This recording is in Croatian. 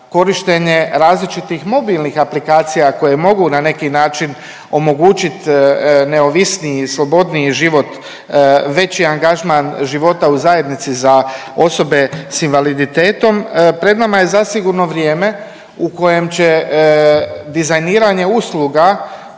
korištenje različitih mobilnih aplikacija koje mogu na neki način omogućit neovisniji, slobodniji život, veći angažman života u zajednici za osobe s invaliditetom. pred nama je zasigurno vrijeme u kojem će dizajniranje usluga